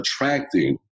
attracting